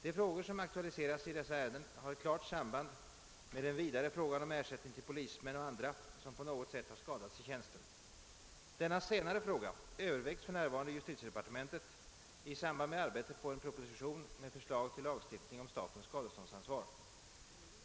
De frågor som aktualiseras i dessa ärenden har ett klart samband med den vidare frågan om ersättning till polismän och andra som på något sätt har skadats i tjänsten. Denna senare fråga övervägs för närvarande i justitiedepartementet i samband med arbetet på en proposition med förslag till lagstiftning om statens skadeståndsansvar.